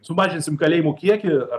sumažinsim kalėjimų kiekį ar